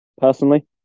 personally